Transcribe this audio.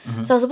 mmhmm